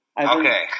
Okay